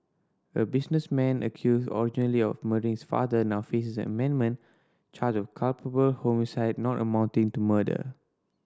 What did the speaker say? a businessman accused originally of murdering his father now faces an amended charge of culpable homicide not amounting to murder